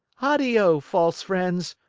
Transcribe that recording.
addio, false friends.